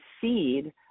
seed